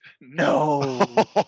No